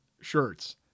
shirts